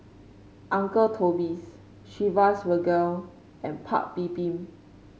Uncle Toby's Chivas Regal and Paik's Bibim